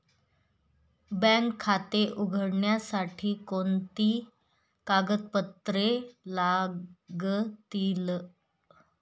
Bank खाते उघडण्यासाठी कोणती कागदपत्रे लागतील?